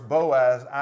Boaz